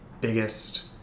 biggest